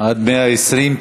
עד מאה-ועשרים כעשרים.